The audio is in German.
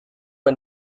man